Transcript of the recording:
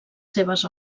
seves